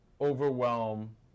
overwhelm